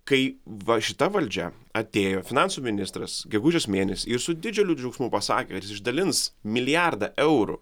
kai va šita valdžia atėjo finansų ministras gegužės mėnesį ir su didžiuliu džiaugsmu pasakė kad jis išdalins milijardą eurų